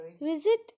visit